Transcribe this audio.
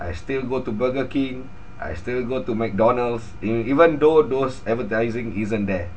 I still go to burger king I still go to mcdonald's inc even though those advertising isn't there